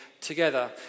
together